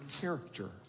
character